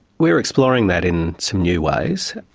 we're exploring that in some new ways.